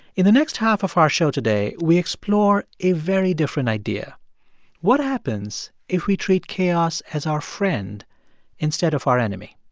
in the next half of our show today, we explore a very different idea what happens if we treat chaos as our friend instead of our enemy?